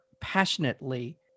passionately